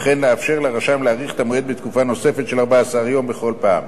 וכן לאפשר לרשם להאריך את המועד בתקופה נוספת של 14 יום בכל פעם,